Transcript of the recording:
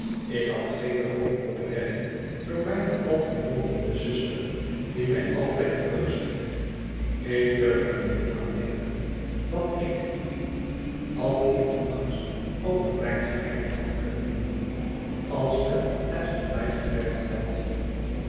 ik had geene hoop op redding door mijnealvermogendezuster die mij altijd terugstiet ik durf er niet aan denken wat ik al in den angst over mijn geheim had kunnen doen als men het van mij gehad